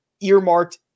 earmarked